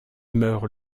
meurt